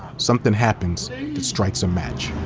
something happens that strikes a match.